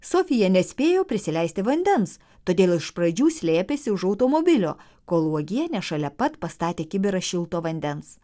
sofija nespėjo prisileisti vandens todėl iš pradžių slėpėsi už automobilio kol uogienė šalia pat pastatė kibirą šilto vandens